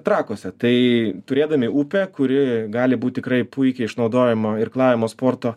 trakuose tai turėdami upę kuri gali būt tikrai puikiai išnaudojama irklavimo sporto